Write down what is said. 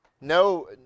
no